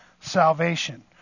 salvation